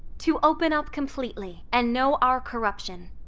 to open up completely and know our corruption.